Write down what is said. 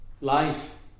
Life